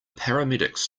paramedics